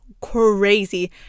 crazy